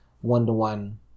one-to-one